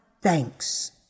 thanks